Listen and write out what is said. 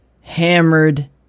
hammered